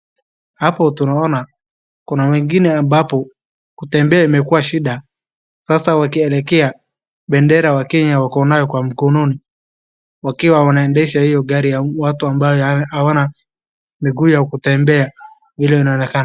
Hapo tunaona, kuna wengine ambapo kutembea imekuwa shida sasa wakielekea bendera ya Kenya wako nayo kwa mkononi wakiwa wanaendesha hiyo gari ya watu ambao hawana miguu ya kutembea vile inaonekana.